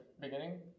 beginning